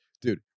dude